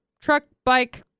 truck-bike